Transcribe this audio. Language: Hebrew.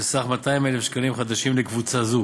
בסך 200,000 שקלים חדשים לקבוצה זו